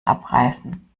abreißen